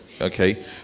okay